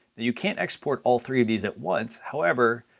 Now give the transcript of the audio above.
you can't export all three of these at once however,